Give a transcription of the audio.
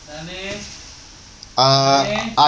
uh I